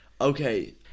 Okay